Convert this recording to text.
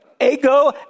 Ego